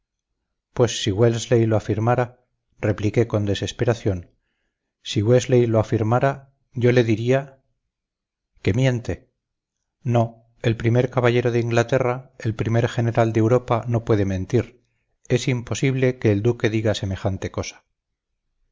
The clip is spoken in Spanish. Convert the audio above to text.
pues si wellesley lo afirmara repliqué con desesperación si wellesley lo afirmara yo le diría que miente no el primer caballero de inglaterra el primer general de europa no puede mentir es imposible que el duque diga semejante cosa